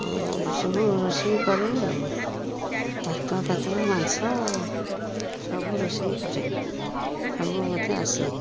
ଏସବୁ ରୋଷେଇ କରେ ଆଉ ଭାତଫାତ ମାଂସ ସବୁ ରୋଷେଇ କରେ ସବୁ ମୋତେ ଆସେ